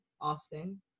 often